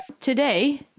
Today